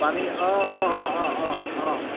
পানী অঁ অঁ অঁ অঁ অঁ অঁ